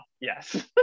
yes